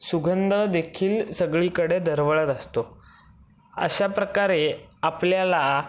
सुगंधदेखील सगळीकडे दरवळत असतो अशा प्रकारे आपल्याला